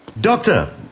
Doctor